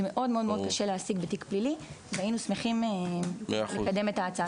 מאוד קשה להשיג בתיק פלילי והיינו שמחים לקדם את ההצעה.